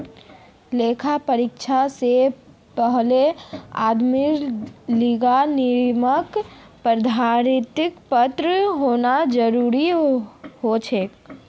लेखा परीक्षक बनवा से पहले आदमीर लीगी नियामक प्राधिकरनेर पत्र होना जरूरी हछेक